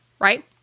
right